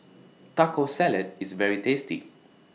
Taco Salad IS very tasty